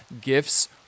gifts